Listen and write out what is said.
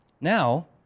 Now